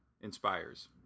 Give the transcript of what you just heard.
inspires